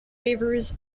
favours